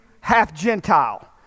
half-Gentile